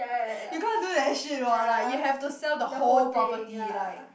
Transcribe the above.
you can't do that shit what like you have to sell the whole property like